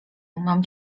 mam